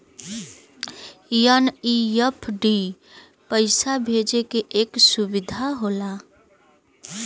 NEFT पइसा भेजे क एक सुविधा होला